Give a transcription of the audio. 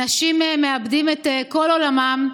אנשים מאבדים את כל עולמם.